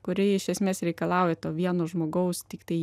kuri iš esmės reikalauja to vieno žmogaus tiktai